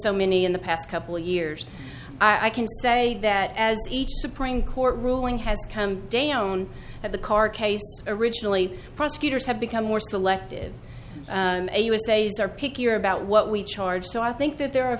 so many in the past couple years i can say that as each supreme court ruling has come down at the carcase originally prosecutors have become more selective usas are pickier about what we charge so i think that there are